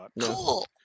cool